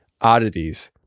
oddities